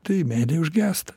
tai meilė užgęsta